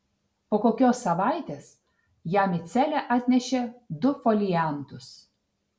po kokios savaitės jam į celę atnešė du foliantus